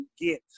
get